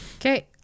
Okay